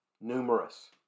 Numerous